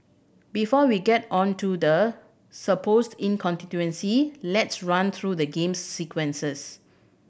before we get on to the supposed inconsistency let's run through the game's sequences